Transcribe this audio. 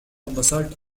basalt